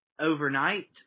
overnight